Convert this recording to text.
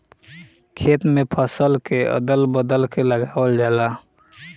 खेत में फसल के अदल बदल के लगावल जाला